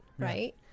Right